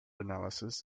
analysis